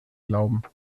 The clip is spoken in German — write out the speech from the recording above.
glauben